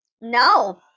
No